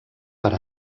per